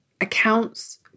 accounts